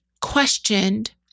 questioned